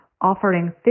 offering